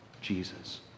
Jesus